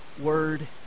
word